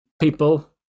people